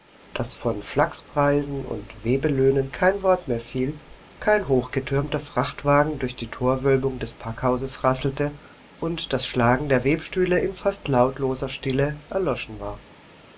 daß von flachspreisen und webelöhnen kein wort mehr fiel kein hochgetürmter frachtwagen durch die thorwölbung des packhauses rasselte und das schlagen der webstühle in fast lautloser stille erloschen war